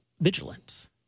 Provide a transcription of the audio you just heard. vigilant